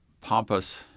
pompous